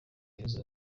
ibibazo